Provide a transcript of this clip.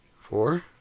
Four